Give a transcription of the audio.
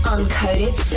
Uncoded